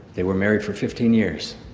they were married for fifteen years